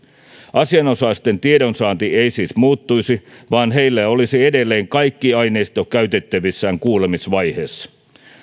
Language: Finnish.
asianosaisten tiedonsaanti ei siis muuttuisi vaan heillä olisi edelleen kaikki aineisto käytettävissään kuulemisvaiheessa